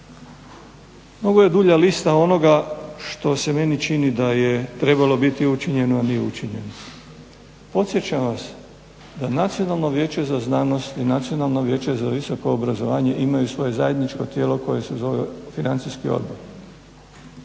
Ovo je dulja lista onoga što se meni čini da je trebalo biti učinjeno, a nije učinjeno. Podsjećam vas da Nacionalno vijeće za znanost i Nacionalno vijeće za visoko obrazovanje imaju svoje zajedničko tijelo koje se zove Financijski odbor.